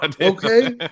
okay